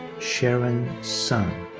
sharon sun.